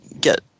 get